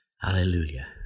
Hallelujah